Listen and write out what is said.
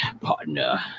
partner